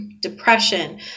depression